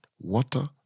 water